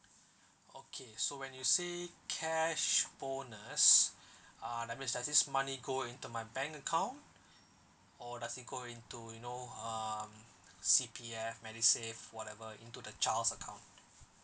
okay so when you say cash bonus uh that means that this money go into my bank account or does it go into you know um C_P_F medisave whatever into the child's account